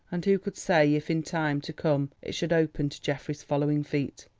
and who could say if in time to come it should open to geoffrey's following feet,